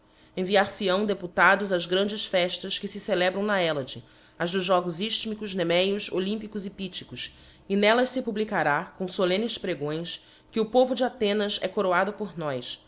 periniho enviar fe hão deputados ás grandes feitas que le celebram na hellade ás dos jogos lílhmicos nemos olympicos e pythicos e n ellas fe publicará com folemnes pregões que o povo de athenas é coroado por nós